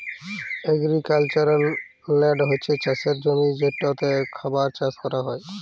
agricultural land হছে চাষের জমি যেটতে খাবার চাষ ক্যরা হ্যয়